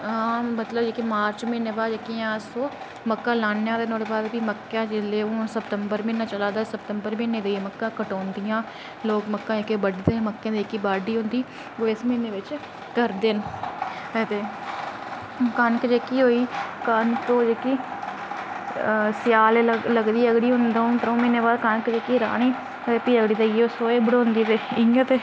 हां मार्च म्हीने दे बाद जेह्कियां अस मक्कां लान्ने आं इसले जेह्का सतंबर म्हीना चला दा सतंबर महीनें मक्कां कटोंदियां लोग बक्कां जेह्कियां बड्डदे मक्कें दी जेह्की बाह्ड्डी होंदी ओह् इस म्हीने बिच्च करदे न ते कनक जेह्की होई कनक स्यालें लगदी दो त्रो म्हीनें बाद कनक जेह्की लानी फ्ही ओह् सोहे अगड़ी बड़ोंदी ते